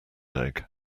egg